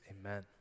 amen